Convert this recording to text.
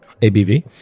ABV